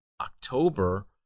October